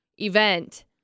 event